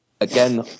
Again